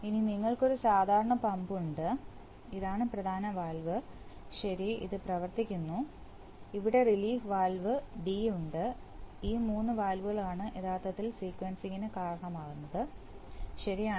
ഇനി നിങ്ങൾക്ക് ഒരു സാധാരണ പമ്പുണ്ട് ഇതാണ് പ്രധാന വാൽവ് ശരി ഇത് പ്രവർത്തിക്കുന്നു ഇവിടെ റിലീഫ് വാൽവ് ഡി ഉണ്ട് ഈ മൂന്ന് വാൽവുകളാണ് യഥാർത്ഥത്തിൽ സീക്വൻസിംഗിന് കാരണമാകുന്നത് ശരിയാണ്